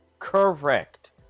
Correct